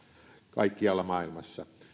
kaikkialla maailmassa